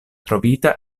trovita